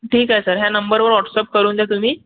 ठीक आहे सर ह्या नंबरवर वॉट्सअप करून द्या तुम्ही